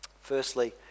Firstly